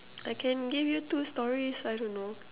I can give you two stories I don't know